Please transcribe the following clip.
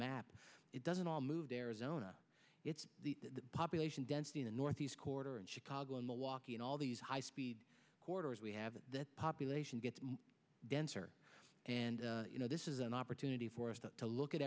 map it doesn't all move to arizona it's the population density in the northeast corridor and chicago and milwaukee and all these high speed quarters we have that population gets denser and you know this is an opportunity for us to look at